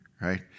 Right